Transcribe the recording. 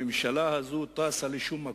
הממשלה הזאת טסה לשום מקום.